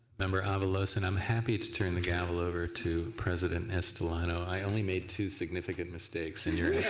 member avalos and i am happy to turn the gavel over to president estolano. i only made two significant mistakes in your